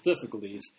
difficulties